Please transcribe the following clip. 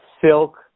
Silk